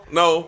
no